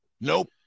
nope